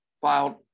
filed